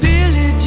Billy